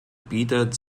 bietet